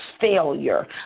failure